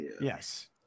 yes